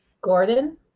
Gordon